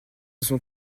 sont